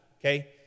okay